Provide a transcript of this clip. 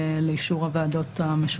אם אני מבין נכון,